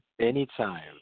anytime